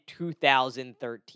2013